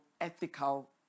ethical